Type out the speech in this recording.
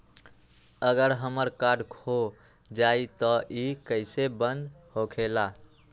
अगर हमर कार्ड खो जाई त इ कईसे बंद होकेला?